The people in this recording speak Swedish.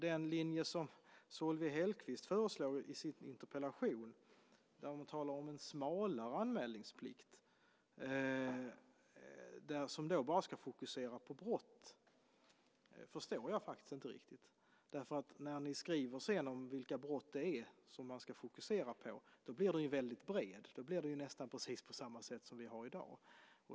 Den linje som Solveig Hellquist föreslår i sin interpellation, där hon talar om en smalare anmälningsplikt som bara ska fokusera på brott, förstår jag inte riktigt. När ni sedan skriver vilka brott det är som man ska fokusera på blir den väldigt bred. Det blir nästan precis på samma sätt som vi har i dag.